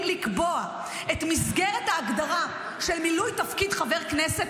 לקבוע את מסגרת ההגדרה של מילוי תפקיד חבר הכנסת,